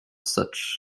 such